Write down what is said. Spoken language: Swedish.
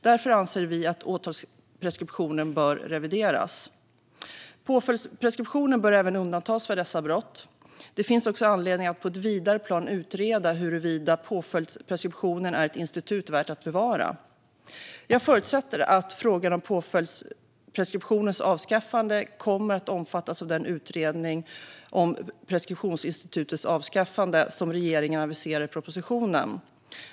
Därför anser vi att åtalspreskriptionen bör revideras. Därtill bör påföljdspreskription undantas för dessa brott. Det finns också anledning att på ett vidare plan utreda huruvida påföljdspreskription är ett institut värt att bevara. Jag förutsätter att frågan om påföljdspreskriptionens avskaffande kommer att omfattas av den utredning om preskriptionsinstitutets avskaffande som regeringen aviserar i propositionen.